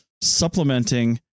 supplementing